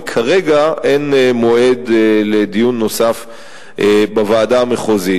וכרגע אין מועד לדיון נוסף בוועדה המחוזית.